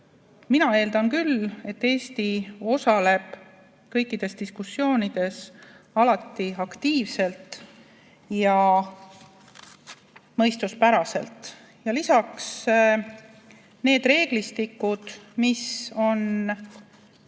Mina eeldan küll, et Eesti osaleb kõikides diskussioonides alati aktiivselt ja mõistuspäraselt. Lisaks, nende reeglistike puhul, mida on